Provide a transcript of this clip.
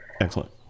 Excellent